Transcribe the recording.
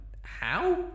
How